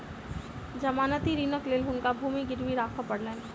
जमानती ऋणक लेल हुनका भूमि गिरवी राख पड़लैन